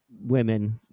women